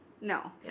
No